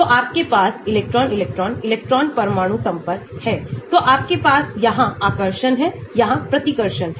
तो आपके पास इलेक्ट्रॉन इलेक्ट्रॉन इलेक्ट्रॉन परमाणु संपर्क हैतो आपके पास यहां आकर्षण है यहां प्रतिकर्षण हैं